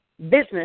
business